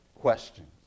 questions